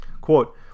quote